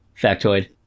factoid